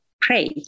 pray